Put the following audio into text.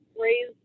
raise